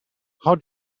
how